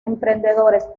emprendedores